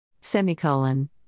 Semicolon